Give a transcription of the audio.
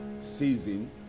season